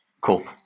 Cool